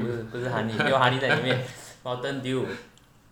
不是不是 honey 没有 honey 在里面 mountain dew